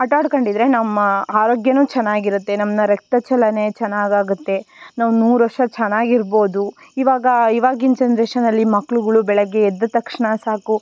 ಆಟಾಡ್ಕೊಂಡಿದ್ರೆ ನಮ್ಮ ಆರೋಗ್ಯವೂ ಚೆನ್ನಾಗಿರುತ್ತೆ ನಮ್ನ ರಕ್ತ ಚಲನೆ ಚೆನ್ನಾಗಾಗುತ್ತೆ ನಾವು ನೂರು ವರ್ಷ ಚೆನ್ನಾಗಿರ್ಬೋದು ಇವಾಗ ಇವಾಗಿನ ಜನ್ರೇಷನಲ್ಲಿ ಮಕ್ಳುಗಳು ಬೆಳಗ್ಗೆ ಎದ್ದ ತಕ್ಷಣ ಸಾಕು